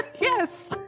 yes